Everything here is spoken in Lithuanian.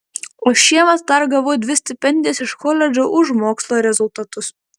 o šiemet dar gavau dvi stipendijas iš koledžo už mokslo rezultatus